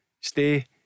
stay